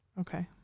Okay